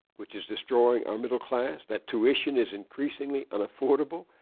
which is destroying our middle class, that tuition is increasingly unaffordable,